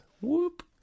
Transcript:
Whoop